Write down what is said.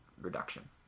reduction